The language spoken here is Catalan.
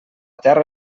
terra